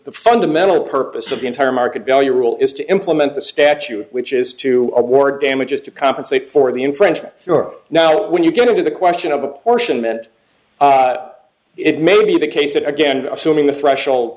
the fundamental purpose of the entire market value rule is to implement the statute which is to award damages to compensate for the infringement of europe now when you get to the question of apportionment it may be the case that again assuming the threshold